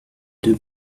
deux